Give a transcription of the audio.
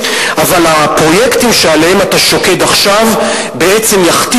אבל הפרויקטים שעליהם אתה שוקד עכשיו יכתיבו,